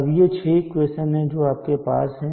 अब ये 6 इक्वेशन हैं जो आपके पास हैं